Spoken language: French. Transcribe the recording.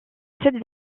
cette